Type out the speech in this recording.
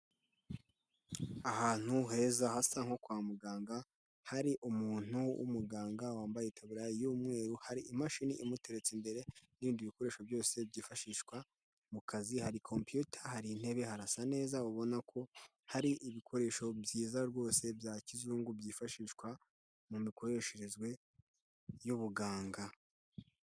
Ahantu heza hasa nko kwa muganga, hari umuntu w'umuganga wambaye itaburiya y'umweru, hari imashini imuteretse imbere n'ibindi bikoresho byose byifashishwa mu kazi, hari kompiyuta, hari intebe, harasa neza, ubona ko hari ibikoresho byiza rwose bya kizungu, byifashishwa mu mikoresherezwe y'ubuganga.